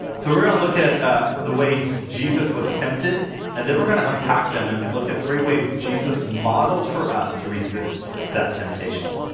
so we're gonna look at ah the way jesus was tempted and then we're gonna unpack them and look at three ways jesus models for us to resist that temptation.